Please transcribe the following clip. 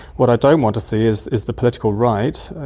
what i don't want to see is is the political right,